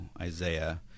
Isaiah